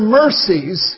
mercies